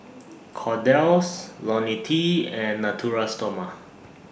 Kordel's Ionil T and Natura Stoma